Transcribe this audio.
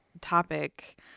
topic